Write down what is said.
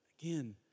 Again